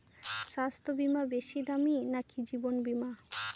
স্বাস্থ্য বীমা বেশী দামী নাকি জীবন বীমা?